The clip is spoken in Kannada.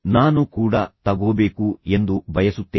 ನಾನೂ ಕೂಡ ತಗೋಬೇಕು ಎಂದು ಬಯಸುತ್ತೇನೆ